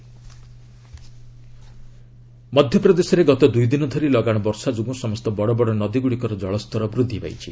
MP rain ମଧ୍ୟପ୍ରଦେଶରେ ଗତ ଦୁଇଦିନ ଧରି ଲଗାଣ ବର୍ଷା ଯୋଗୁଁ ସମସ୍ତ ବଡ଼ବଡ଼ ନଦୀଗୁଡ଼ିକର ଜଳସ୍ତର ବୃଦ୍ଧି ପାଇଛି